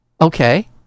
Okay